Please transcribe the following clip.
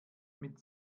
mit